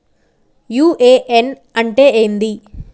UAN అంటే ఏంది?